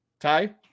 Ty